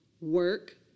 Work